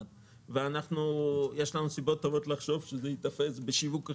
ויש לנו סיבות טובות לחשוב שזה ייתפס בשיווק אחד.